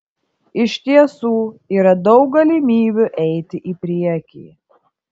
iš tiesų yra daug galimybių eiti į priekį